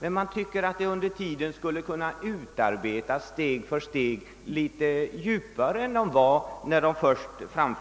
men man tycker att de under tiden steg för steg kunde ha utarbetats så att de blivit bättre än de var när de först fördes fram.